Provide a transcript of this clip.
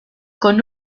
con